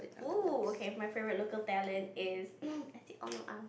!oo! okay my favorite local talent is